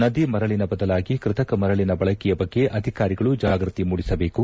ನದಿ ಮರಳಿನ ಬದಲಾಗಿ ಕೃತಕ ಮರಳಿನ ಬಳಕೆಯ ಬಗ್ಗೆ ಅಧಿಕಾರಿಗಳು ಜಾಗೃತಿ ಮೂದಿಸಬೇಕು